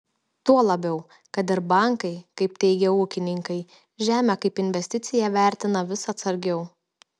tuo labiau kad ir bankai kaip teigia ūkininkai žemę kaip investiciją vertina vis atsargiau